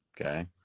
Okay